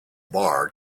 bar